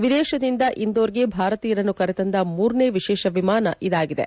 ವಿದೇಶದಿಂದ ಇಂದೋರ್ಗೆ ಭಾರತೀಯರನ್ನು ಕರೆತಂದ ಮೂರನೇ ವಿಶೇಷ ವಿಮಾನ ಇದಾಗಿದೆ